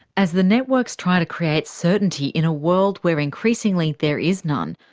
as the networks try to create certainty in a world where increasingly there is none,